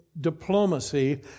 diplomacy